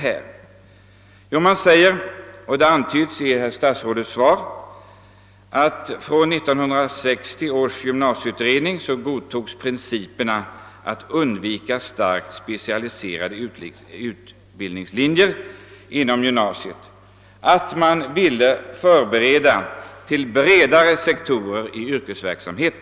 Jo, man säger — och det antyds i herr statsrådets svar — att 1960 års gymnasieutrednings principer, att starkt specialiserade utbildningslinjer inom gymnasiet skall undvikas, har godtagits och att syftet är att förbereda eleverna för arbete inom bredare sektorer av yrkes verksamheten.